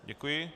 Děkuji.